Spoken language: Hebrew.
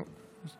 לא.